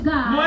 God